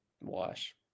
Wash